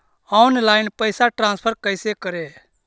Online पैसा transfer कैसे करे?